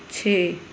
ਛੇ